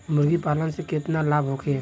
मुर्गीपालन से केतना लाभ होखे?